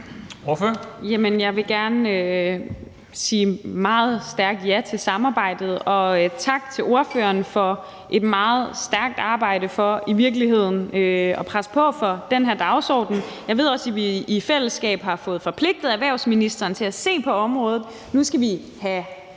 jeg vil gerne sige meget stærkt ja til samarbejdet og tak til ordføreren for et meget stærkt arbejde for virkelig at presse på for den her dagsorden. Jeg ved også, at vi i fællesskab har fået forpligtet erhvervsministeren til at se på området. Nu skal vi